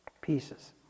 pieces